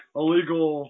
illegal